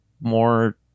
more